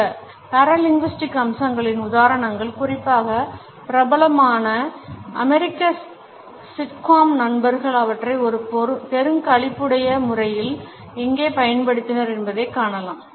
இந்த paralinguistic அம்சங்களின் உதாரணங்கள் குறிப்பாக பிரபலமான அமெரிக்க sitcom நண்பர்கள் அவற்றை ஒரு பெருங்களிப்புடைய முறையில் எங்கே பயன்படுத்தினர் என்பதைக் காணலாம்